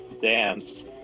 dance